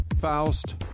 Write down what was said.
Faust